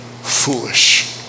Foolish